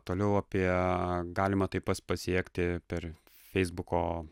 toliau apie galima taip pat pasiekti per feisbuko